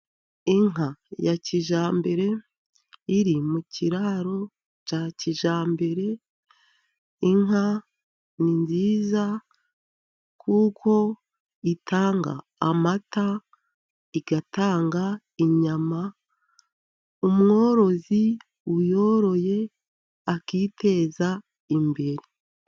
Inka ya kijyambere, iri mu kiraro cya kijambere. Inka ni nziza kuko itanga amata, igatanga inyama, umworozi uyoroye akiteza imbere.